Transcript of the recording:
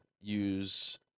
use